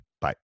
Bye